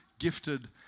gifted